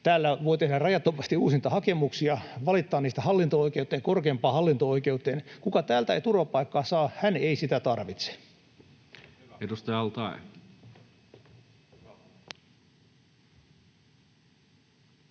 Täällä voi tehdä rajattomasti uusintahakemuksia, valittaa niistä hallinto-oikeuteen, korkeimpaan hallinto-oikeuteen. Kuka täältä ei turvapaikkaa saa, hän ei sitä tarvitse.